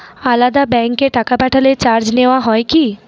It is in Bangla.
আলাদা ব্যাংকে টাকা পাঠালে চার্জ নেওয়া হয় কি?